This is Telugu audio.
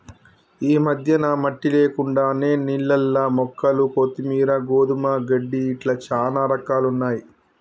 ఈ మధ్యన మట్టి లేకుండానే నీళ్లల్ల మొక్కలు కొత్తిమీరు, గోధుమ గడ్డి ఇట్లా చానా రకాలున్నయ్యి